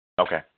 Okay